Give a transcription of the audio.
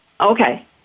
Okay